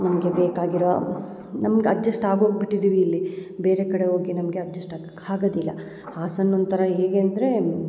ನಮಗೆ ಬೇಕಾಗಿರೋ ನಮ್ಗೆ ಅಡ್ಜಸ್ಟ್ ಆಗೋಗಿಬಿಟ್ಟಿದ್ದೀವಿ ಇಲ್ಲಿ ಬೇರೆ ಕಡೆ ಹೋಗಿ ನಮಗೆ ಅಡ್ಜಸ್ಟ್ ಆಗ್ಬೇಕು ಆಗದಿಲ್ಲ ಹಾಸನ ಒಂಥರ ಹೇಗೆ ಅಂದ್ರೆ